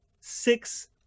six